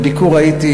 בביקור ראיתי,